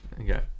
Okay